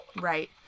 Right